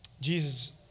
Jesus